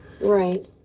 Right